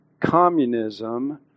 Communism